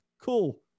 Cool